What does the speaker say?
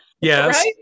Yes